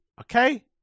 okay